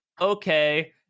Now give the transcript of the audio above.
Okay